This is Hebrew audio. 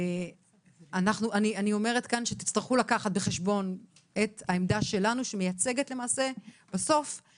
אני אומרת כאן שתצטרכו לקחת בחשבון את העמדה שלנו שמייצגת את האינדיבידואל